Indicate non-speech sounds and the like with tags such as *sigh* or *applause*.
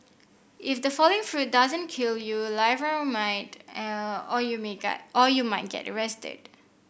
if the falling fruit doesn't kill you a live round might *unintelligible* or you may get or you might get arrested